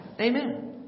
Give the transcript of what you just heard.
Amen